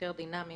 ליותר דינאמיים,